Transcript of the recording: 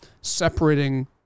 separating